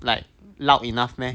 like loud enough meh